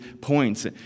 points